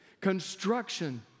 construction